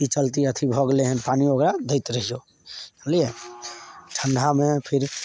कि चलितै अथी भऽ गेलै हँ पानिओ ओकरा दैत रहिऔ जानलिए ठण्डामे फेर